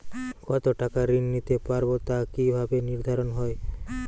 কতো টাকা ঋণ নিতে পারবো তা কি ভাবে নির্ধারণ হয়?